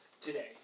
today